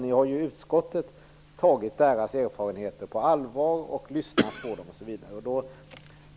Nu har utskottet tagit deras erfarenheter på allvar och lyssnat på dem.